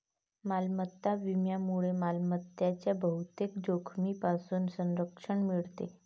मालमत्ता विम्यामुळे मालमत्तेच्या बहुतेक जोखमींपासून संरक्षण मिळते